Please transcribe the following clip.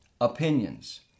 Opinions